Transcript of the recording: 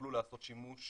שיוכלו לעשות שימוש